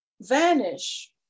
vanish